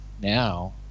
now